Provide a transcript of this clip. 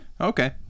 Okay